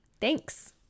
Thanks